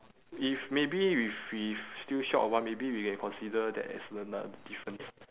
if maybe with we still short of one maybe we can consider that as another difference